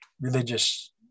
religious